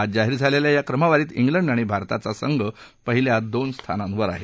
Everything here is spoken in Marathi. आज जाहीर झालेल्या या क्रमवारीत इंग्लंड आणि भारताच संघ पहिल्या दोन स्थानांवर आहे